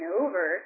over